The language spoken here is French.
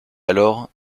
alors